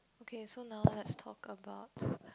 okay so now let's talk about